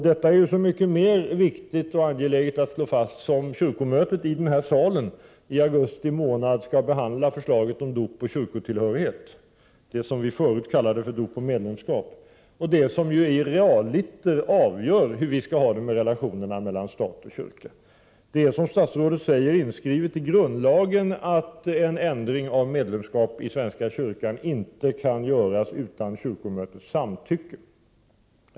Detta är så mycket mer viktigt och angeläget att slå fast som kyrkomötet i denna sal i augusti skall behandla förslaget om dop och kyrkotillhörighet, det som vi förut kallade dop och medlemskap. Det är detta som realiter avgör relationerna mellan staten och kyrkan. Det är, som statsrådet säger, inskrivet i grundlagen att en ändring av medlemskapet i svenska kyrkan inte kan göras utan kyrkomötets samtycke.